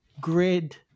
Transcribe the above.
Grid